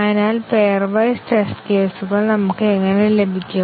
അതിനാൽ pairwise test കേസുകൾ നമുക്ക് എങ്ങനെ ലഭിക്കും